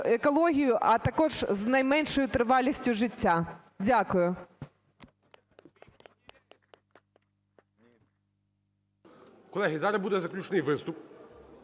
а також з найменшою тривалістю життя. Дякую.